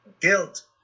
Guilt